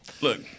Look